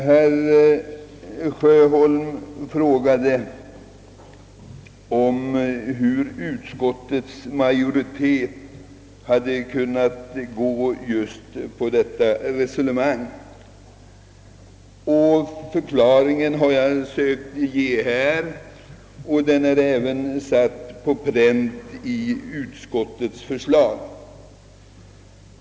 Herr Sjöholm frågade, hur vi hade kunnat gå med på detta resonemang. Jag har försökt att lämna en förklaring till det, och den är även satt på pränt i utskottets skrivning.